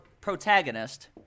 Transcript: protagonist